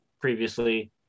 previously